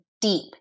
deep